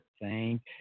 thank